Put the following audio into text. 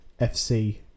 FC